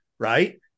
right